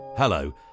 Hello